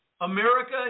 America